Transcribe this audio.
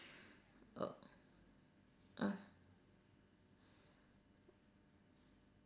oh uh